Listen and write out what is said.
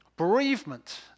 Bereavement